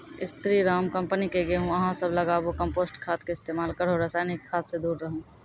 स्री Ram company के गेहूँ अहाँ सब लगाबु कम्पोस्ट खाद के इस्तेमाल करहो रासायनिक खाद से दूर रहूँ?